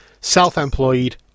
self-employed